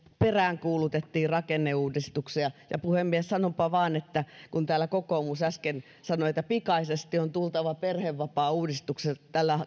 peräänkuulutettiin rakenneuudistuksia ja puhemies sanonpa vain että kun täällä kokoomus äsken sanoi että pikaisesti on tultava perhevapaauudistus